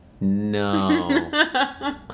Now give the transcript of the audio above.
No